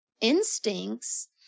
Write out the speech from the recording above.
instincts